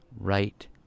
right